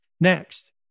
Next